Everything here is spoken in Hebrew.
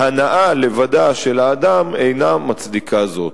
והנאה לבדה של האדם אינה מצדיקה זאת.